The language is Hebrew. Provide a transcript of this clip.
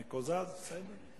מקוזז, בסדר.